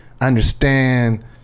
Understand